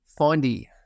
Findy